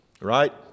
right